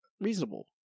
reasonable